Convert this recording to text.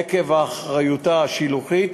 עקב אחריותה השילוחית,